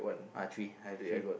out of three I have three